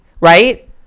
Right